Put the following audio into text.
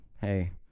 hey